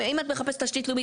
אם את מחפשת תשתית לאומית,